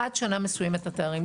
עד שנה מסוימת התארים,